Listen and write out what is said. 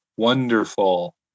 Wonderful